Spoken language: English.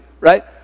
Right